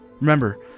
remember